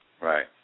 Right